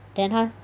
then 他